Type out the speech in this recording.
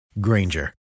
Granger